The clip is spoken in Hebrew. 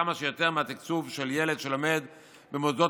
ההורים ששולחים את ילדיהם למוסדות